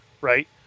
right